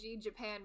Japan